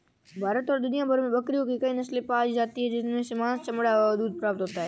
भारत और दुनिया भर में बकरियों की कई नस्ले पाली जाती हैं जिनसे मांस, चमड़ा व दूध प्राप्त होता है